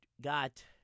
got